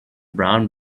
brown